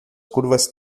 curvas